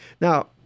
Now